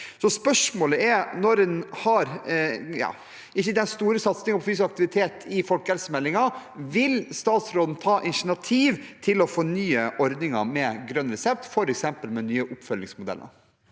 Spørsmålet er: Når en ikke har den store satsingen på fysisk aktivitet i folkehelsemeldingen, vil statsråden ta initiativ til å fornye ordningen med grønn resept, f.eks. med nye oppfølgingsmodeller?